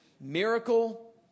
Miracle